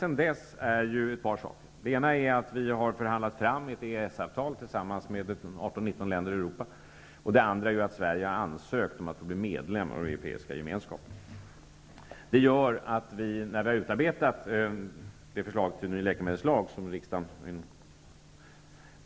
Sedan dess har å ena sidan Sverige förhandlat fram ett EES-avtal tillsammans med 19 länder i Europa och å andra sidan ansökt om medlemskap i Europeiska gemenskapen. Det innebär att vi, när vi har utarbetat det förslag till ny läkemedelslag som riksdagen